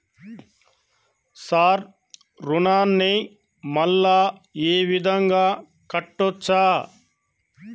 Sir రుణాన్ని మళ్ళా ఈ విధంగా కట్టచ్చా?